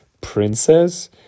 princess